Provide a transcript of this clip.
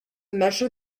measure